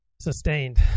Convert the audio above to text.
sustained